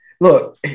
Look